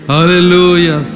Hallelujah